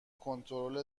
کنترل